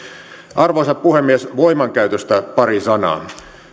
arvoisa puhemies voimankäytöstä pari sanaa